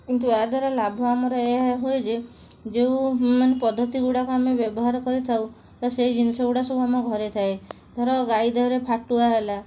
କିନ୍ତୁ ୟାଦ୍ଵାରା ଲାଭ ଆମର ଏଇଆ ହୁଏ ଯେ ଯେଉଁମାନେ ପଦ୍ଧତି ଗୁଡ଼ାକ ଆମେ ବ୍ୟବହାର କରିଥାଉ ତ ସେଇ ଜିନିଷ ଗୁଡ଼ାକ ସବୁ ଆମ ଘରେ ଥାଏ ଧର ଗାଈ ଦେହରେ ଫାଟୁଆ ହେଲା